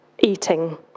eating